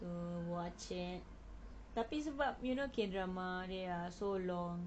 to watch it tapi sebab you know K drama they are so long